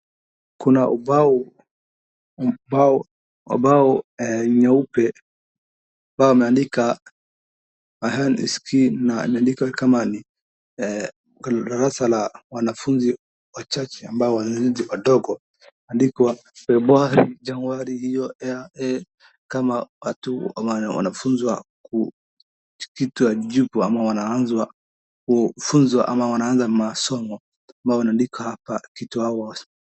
Kuna ubao ambao ni nyeupe ambao umeandika my hand is key na imeandikwa kama ni darasa la wanafunzi wachache ambao ni wadogo imeandikwa Februari ,Januari hiyo ya kama watu wanafunzwa kitu hawajui ama wanaanzwa kufunzwa ama wanaanza masomo ambao wanaandika apa kitu hawa hawas...